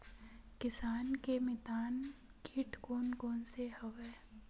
किसान के मितान कीट कोन कोन से हवय?